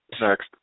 Next